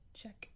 check